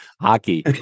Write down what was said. hockey